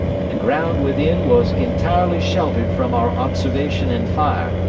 and the ground within was entirely sheltered from our observation and fire,